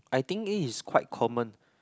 I think it is quite common